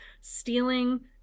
stealing